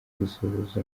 gusuhuza